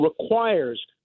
requires